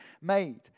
made